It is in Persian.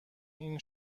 این